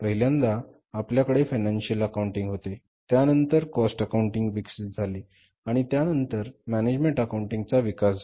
पहिल्यांदा आपल्याकडे financial accounting होते त्यानंतर कॉस्ट अकाउंटिंग विकसित झाले आणि त्यानंतर मॅनेजमेण्ट अकाऊण्टिंग चा विकास झाला